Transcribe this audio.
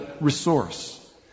resource